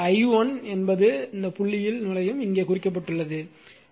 எனவே i1 என்பது புள்ளியில் நுழையும் இங்கே குறிக்கப்பட்டுள்ளது